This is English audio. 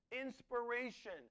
Inspiration